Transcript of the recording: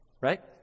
Right